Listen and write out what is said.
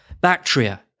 Bactria